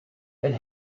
and